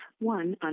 one